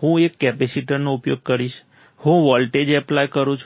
હું એક કેપેસિટરનો ઉપયોગ કરીશ હું વોલ્ટેજ એપ્લાય કરું છું